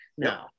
No